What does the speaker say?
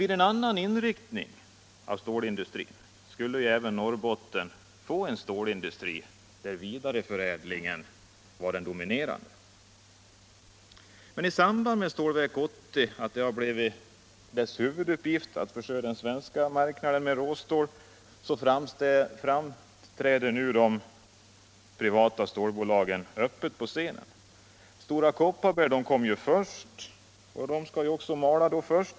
Vid en annan inriktning av stålindustrin skulle även Norrbotten få en stålindustri där vidareförädlingen dominerar. I samband med att Stålverk 80:s huvuduppgift blivit att förse den svenska marknaden med råstål framträder de stora stålbolagen öppet på scenen. Stora Kopparberg kom först till kvarnen och skall alltså mala först.